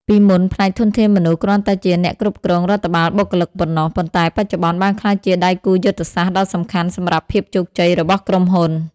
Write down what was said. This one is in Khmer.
ពីមុន ផ្នែកធនធានមនុស្សគ្រាន់តែជាអ្នកគ្រប់គ្រងរដ្ឋបាលបុគ្គលិកប៉ុណ្ណោះ ប៉ុន្តែបច្ចុប្បន្នបានក្លាយជាដៃគូយុទ្ធសាស្ត្រដ៏សំខាន់សម្រាប់ភាពជោគជ័យរបស់ក្រុមហ៊ុន។